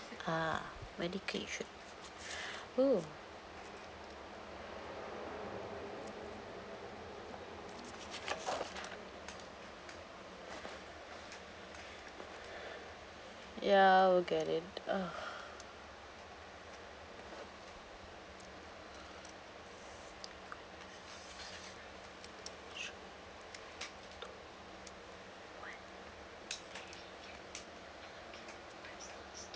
uh medical insur~ oo ya I will get it